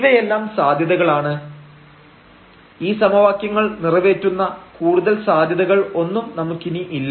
ഇവയെല്ലാം സാധ്യതകളാണ് ഈ സമവാക്യങ്ങൾ നിറവേറ്റുന്ന കൂടുതൽ സാധ്യതകൾ ഒന്നും നമുക്കിനി ഇല്ല